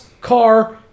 car